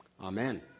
Amen